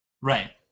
Right